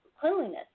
cleanliness